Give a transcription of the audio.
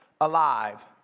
alive